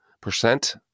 percent